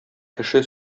кеше